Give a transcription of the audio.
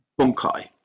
bunkai